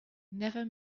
never